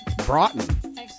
Broughton